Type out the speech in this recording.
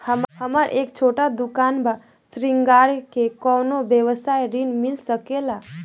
हमर एक छोटा दुकान बा श्रृंगार के कौनो व्यवसाय ऋण मिल सके ला?